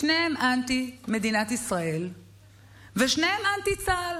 שניהם אנטי-מדינת ישראל ושניהם אנטי-צה"ל.